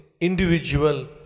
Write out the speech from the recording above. individual